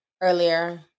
earlier